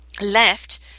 left